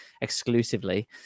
exclusively